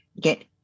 get